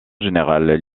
général